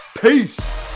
peace